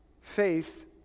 Faith